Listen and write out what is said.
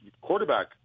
quarterback